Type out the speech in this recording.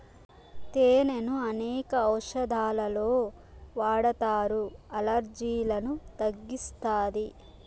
తేనెను అనేక ఔషదాలలో వాడతారు, అలర్జీలను తగ్గిస్తాది